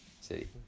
city